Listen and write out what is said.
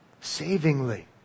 savingly